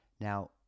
Now